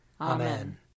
Amen